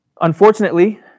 unfortunately